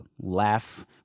laugh